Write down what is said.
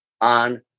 on